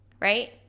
right